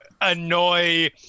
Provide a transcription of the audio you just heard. annoy